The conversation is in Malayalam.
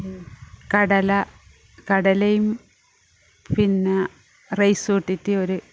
കടല കടലയും പിന്നെ റൈസ് കൂട്ടിട്ട് ഒരു